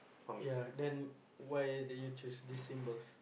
ya then why did you choose this symbols